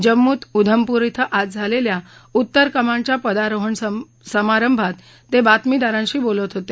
जम्मूत उधमपूर ॐ आज झालेल्या उत्तर कमांडच्या पदारोहण समारंभात ते बातमीदारांशी बोलत होते